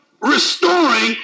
restoring